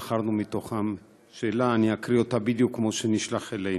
ובחרנו שאלה אני אקריא אותה בדיוק כמו שהיא נשלחה אלינו.